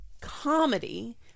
comedy